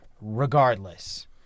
regardless